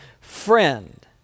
friend